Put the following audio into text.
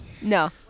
No